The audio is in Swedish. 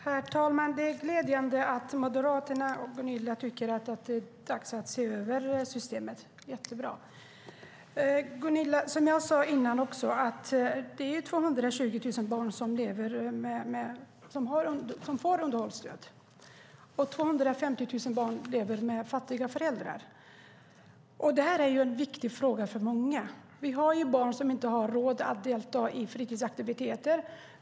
Herr talman! Det är glädjande att Moderaterna och Gunilla tycker att det är dags att se över systemet. Som jag sade tidigare får 220 000 barn underhållsstöd, och 250 000 barn lever med fattiga föräldrar. Det här är en viktig fråga för många. Det finns barn som inte har råd att delta i fritidsaktiviteter.